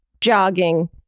jogging